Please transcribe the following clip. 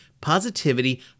positivity